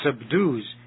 subdues